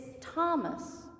Thomas